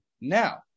Now